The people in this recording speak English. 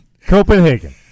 Copenhagen